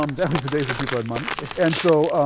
um that was the days when people had money. and so